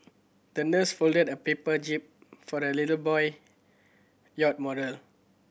the nurse folded a paper jib for the little boy yacht model